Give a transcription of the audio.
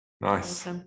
Nice